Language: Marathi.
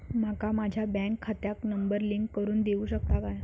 माका माझ्या बँक खात्याक नंबर लिंक करून देऊ शकता काय?